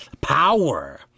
Power